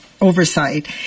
Oversight